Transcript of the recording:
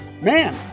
man